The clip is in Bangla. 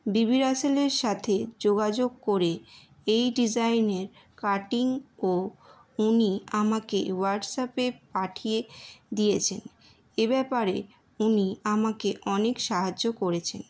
বিবি রাসেলের সাথে যোগাযোগ করে এই ডিজাইনের কাটিং ও উনি আমাকে হোয়াটসঅ্যাপে পাঠিয়ে দিয়েছেন এ ব্যাপারে উনি আমাকে অনেক সাহায্য করেছেন